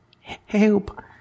help